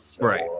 Right